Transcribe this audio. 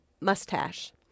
mustache